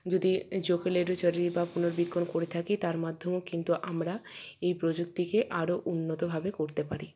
যদি জোকালেরুচারি বা পুনর্বিজ্ঞান করে থাকি তার মাধ্যমেও কিন্তু আমরা এই প্রযুক্তিকে আরও উন্নতভাবে করতে পারি